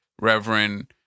reverend